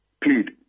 plead